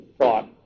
thought